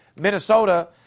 Minnesota